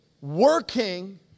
working